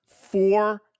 four